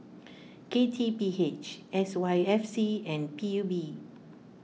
K T P H S Y F C and P U B